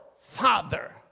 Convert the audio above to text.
Father